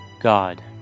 God